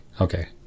okay